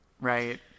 right